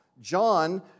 John